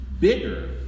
bigger